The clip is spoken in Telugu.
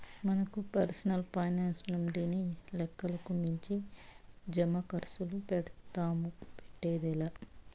మనకు పర్సనల్ పైనాన్సుండింటే లెక్కకు మించి జమాకర్సులు పెడ్తాము, పెట్టేదే లా